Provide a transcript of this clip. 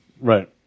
Right